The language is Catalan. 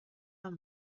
amb